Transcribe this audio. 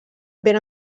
ben